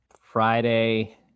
Friday